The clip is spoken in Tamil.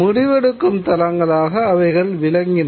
முடிவெடுக்கும் தளங்களாக அவைகள் விளங்கின